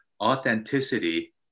authenticity